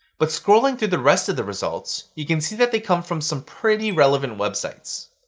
but scrolling through the rest of the results, you can see that they come from some pretty relevant websites.